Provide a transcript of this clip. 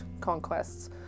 conquests